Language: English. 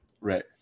Right